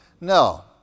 No